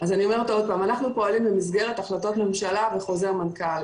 אנחנו פועלים במסגרת החלטות ממשלה וחוזר מנכ"ל.